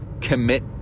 commit